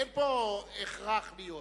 אין הכרח להיות פה.